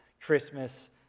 Christmas